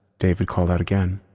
david called out again.